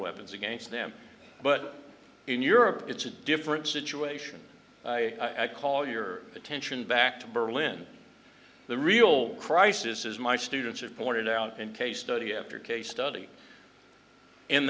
weapons against them but in europe it's a different situation i call your attention back to berlin the real crisis is my students have pointed out in case study after case study in